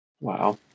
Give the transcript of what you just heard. Wow